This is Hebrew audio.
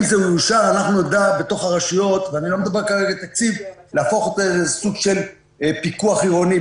אם זה מאושר אנחנו נדע בתוך הרשויות להפוך את זה לסוג של פיקוח עירוני,